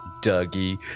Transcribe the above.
Dougie